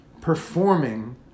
performing